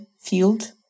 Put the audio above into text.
field